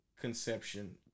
conception